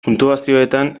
puntuazioetan